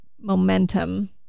momentum